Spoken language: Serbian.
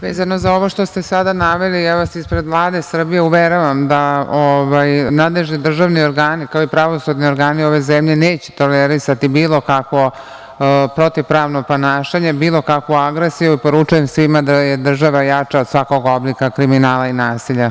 Vezano za ovo što ste sada naveli ja vas ispred Vlade Srbije uveravam da nadležni državni organi, kao i pravosudni organi ove zemlje neće tolerisati bilo kakvo protivpravno ponašanje, bilo kakvu agresiju i poručujem svima da je država jača od svakog oblika kriminala i nasilja.